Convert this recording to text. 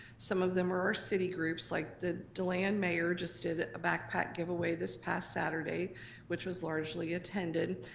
some of them are our city groups, like the deland mayor just did a backpack giveaway this past saturday which was largely attended.